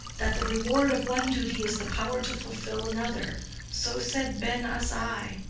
that the reward of one duty is the power to fulfill another so said ben azai.